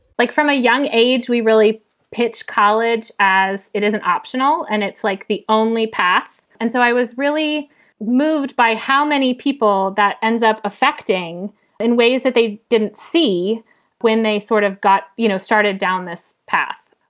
like from a young age we really pitch college as it isn't optional and it's like the only path. and so i was really moved by how many people that ends up affecting in ways that they didn't see when they sort of got, you know, started down this path.